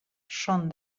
són